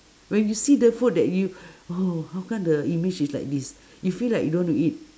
when you see the food that you oh how come the image is like this you feel like you don't want to eat